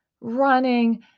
running